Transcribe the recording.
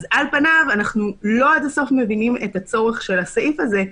על פניו אנחנו לא עד הסוף מבינים את הצורך של הסעיף הזה,